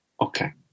Okay